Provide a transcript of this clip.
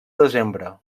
desembre